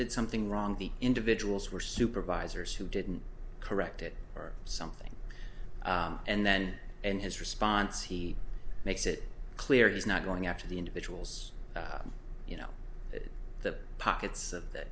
did something wrong the individuals were supervisors who didn't correct it or something and then and his response he makes it clear he's not going after the individuals you know the pockets of the